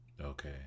Okay